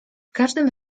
każdym